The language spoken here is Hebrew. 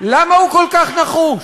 למה הוא כל כך נחוש?